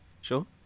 Sure